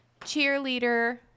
cheerleader